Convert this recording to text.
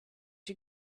you